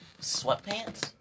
sweatpants